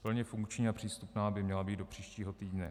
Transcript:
Plně funkční a přístupná by měla být do příštího týdne.